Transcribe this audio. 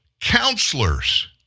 counselors